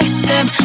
step